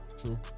True